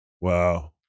Wow